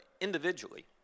individually